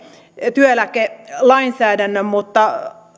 työeläkelainsäädännön